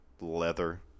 Leather